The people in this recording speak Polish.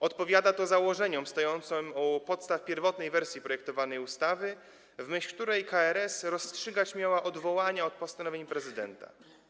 Odpowiada to założeniom stojącym u podstaw pierwotnej wersji projektowanej ustawy, w myśl której KRS rozstrzygać miała odwołania od postanowień prezydenta.